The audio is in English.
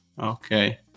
Okay